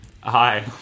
hi